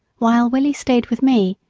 while willie stayed with me,